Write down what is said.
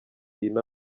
ino